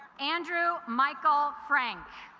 andrew michael frank